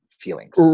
feelings